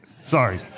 Sorry